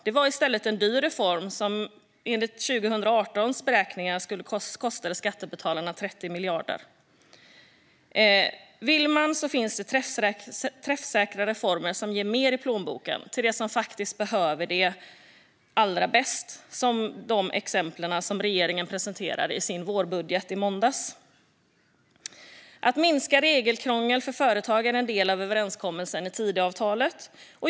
Det var i stället en dyr reform, som enligt 2018 års beräkningar kostade skattebetalarna 30 miljarder. Om man vill finns det träffsäkra reformer som ger mer i plånboken till dem som faktiskt behöver det allra bäst. Regeringen presenterade exempel på detta i sin vårbudget i måndags. Att minska regelkrångel för företagen är en del av överenskommelsen i Tidöavtalet.